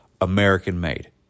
American-made